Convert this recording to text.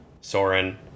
Soren